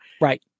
Right